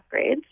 upgrades